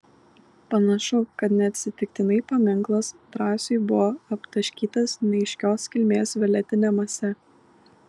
panašu kad neatsitiktinai paminklas drąsiui buvo aptaškytas neaiškios kilmės violetine mase